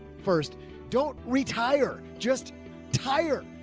first don't retire. just tired.